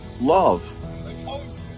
love